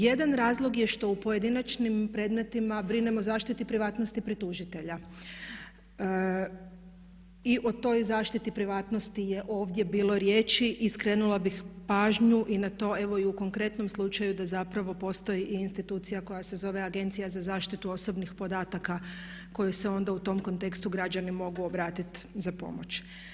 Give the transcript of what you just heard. Jedan razlog je što u pojedinačnim predmetima brinemo o zaštiti privatnosti pritužitelja i o toj zaštiti privatnosti je ovdje bilo riječi i skrenula bih pažnju i na to evo i u konkretnom slučaju da zapravo postoji i institucija koja se zove Agencija za zaštitu osobnih podataka kojoj se onda u tom kontekstu građani mogu obratiti za pomoć.